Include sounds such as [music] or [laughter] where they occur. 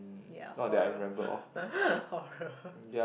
ya horror [laughs] horror